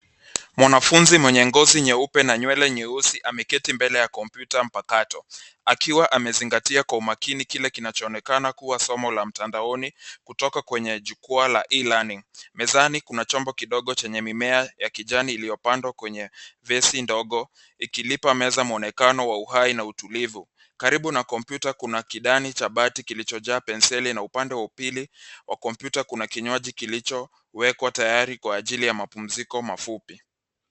Mwanafunzi mwenye ngozi nyeupe na nywele nyeusi ameketi mbele ya kompyuta mpakato, akiwa amezingatia kwa umakini kile kinachoonekana kuwa somo la mtandaoni kutoka kwenye jukwaa la e-learning . Mezani kuna chombo kidogo chenye mimea ya kijani iliyopandwa kwenye vesi ndogo, ikilipa meza muonekano wa uhai na utulivu. Karibu na kompyuta kuna kidani cha bati kilichojaa penseli na upande wa upili wa kompyuta kuna kinywaji kilichowekwa tayari kwa ajili ya mapumziko mafupi.